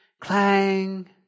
clang